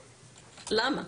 למה.